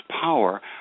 power